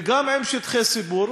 וגם עם שטחי ציבור.